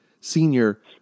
Senior